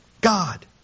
God